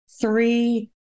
three